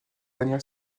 dernière